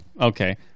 okay